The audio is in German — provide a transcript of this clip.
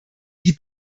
die